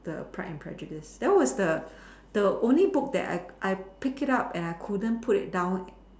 the Pride and Prejudice that was the the only book I I I picked it up and I couldn't put it down